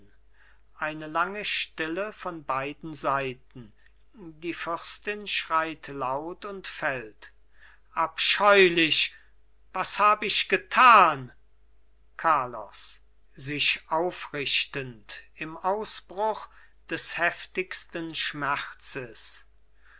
eine lange stille von beiden seiten die fürstin schreit laut und fällt abscheulich was hab ich getan carlos sich aufrichtend im ausbruch des heftigsten schmerzes